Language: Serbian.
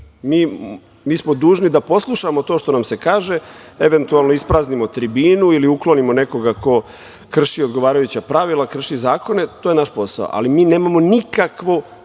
Mi smo dužni da poslušamo to što nam se kaže, eventualno ispraznimo tribinu ili uklonimo nekoga ko krši odgovarajuća pravila, krši zakone. To je naš posao, ali mi nemamo nikakav